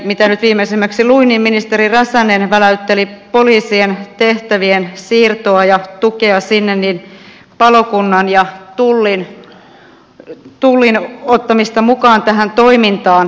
mitä nyt tässä viimeisimmäksi luin niin ministeri räsänen väläytteli poliisien tehtävien siirtoa ja palokunnan ja tullin ottamista mukaan tähän toimintaan